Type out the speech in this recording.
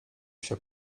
się